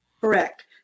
Correct